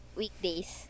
weekdays